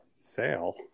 sale